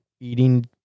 eating